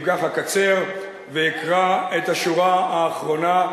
ואם כך אקצר ואקרא את השורה האחרונה,